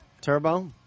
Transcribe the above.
Turbo